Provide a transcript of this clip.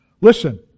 Listen